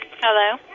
Hello